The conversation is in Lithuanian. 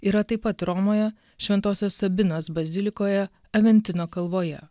yra taip pat romoje šventosios sabinos bazilikoje aventino kalvoje